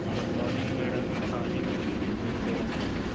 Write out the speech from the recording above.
good morning madam हाँ जी ma'am Yes Bank से बात कर रहे हम